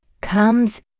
comes